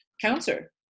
cancer